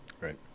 Right